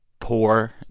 poor